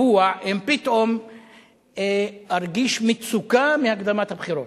צבוע אם פתאום ארגיש מצוקה מהקדמת הבחירות.